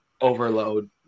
overload